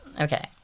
Okay